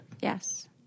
Yes